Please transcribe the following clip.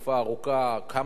כמה ממשלות,